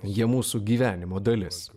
jie mūsų gyvenimo dalis